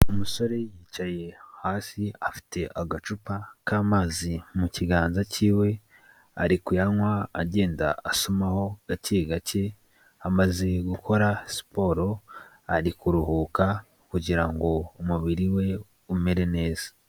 Umusore yicaye hasi afite agacupa k'amazi mu kiganza cyiwe ari kuyanywa agenda asomaho gake gake, amaze gukora siporo ari kuruhuka kugira ngo umubiri we umere neza.